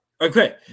Okay